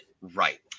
right